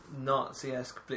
Nazi-esque